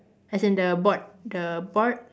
as in the board the board